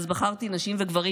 בחרתי נשים וגברים,